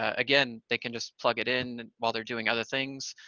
ah again, they can just plug it in while they're doing other things,